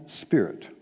Spirit